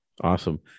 Awesome